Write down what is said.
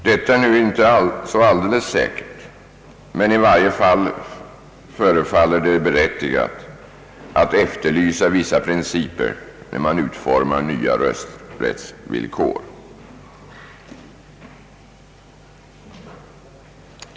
Men det är inte alldeles säkert, och i varje fall förefaller det berättigat att efterlysa vissa principer när man utformar nya rösträttsvillkor.